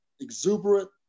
exuberant